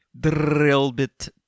Drillbit